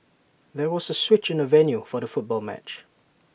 there was A switch in the venue for the football match